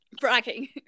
bragging